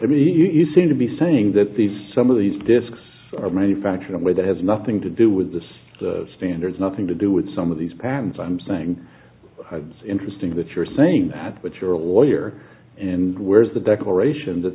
i mean you seem to be saying that these some of these disks are manufactured in a way that has nothing to do with the standards nothing to do with some of these patents i'm saying it's interesting that you're saying that but you're a lawyer and where's the declaration that